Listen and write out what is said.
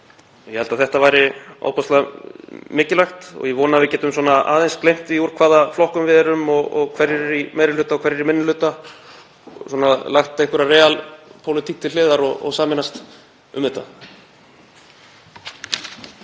Ég held að þetta væri ofboðslega mikilvægt og ég vona að við getum aðeins gleymt því úr hvaða flokkum við komum, hverjir eru í meiri hluta og hverjir í minni hluta, og lagt einhverja „real-pólitík“ til hliðar og sameinast um þetta.